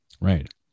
Right